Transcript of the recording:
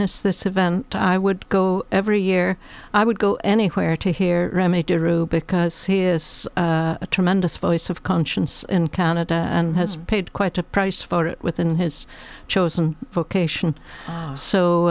miss this event i would go every year i would go anywhere to hear remy to rue because he is a tremendous voice of conscience in canada and has paid quite a price for it within his chosen vocation so